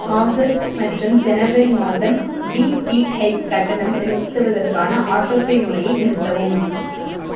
August மற்றும் ஜனவரி மாதம் டிடிஹெச் கட்டணம் செலுத்துவதற்கான ஆட்டோ பே முறையை நிறுத்தவும்